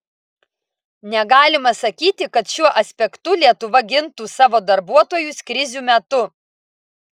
negalima sakyti kad šiuo aspektu lietuva gintų savo darbuotojus krizių metu